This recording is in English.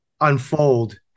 unfold